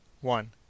one